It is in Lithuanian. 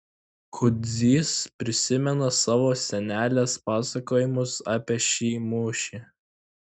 kudzys prisimena savo senelės pasakojimus apie šį mūšį